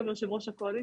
מבקשת חומרים, קוראת.